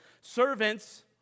servants